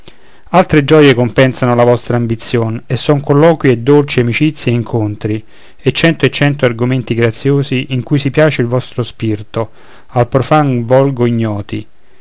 altre gioie compensano la vostra ambizïon e son colloqui e dolci amicizie ed incontri e cento e cento argomenti graziosi in cui si piace il vostro spirto al profan volgo ignoti